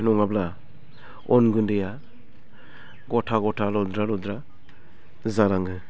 नङाब्ला अन गुन्दैआ गथा गथा लन्द्रा लन्द्रा जालाङो